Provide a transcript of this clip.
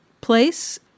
place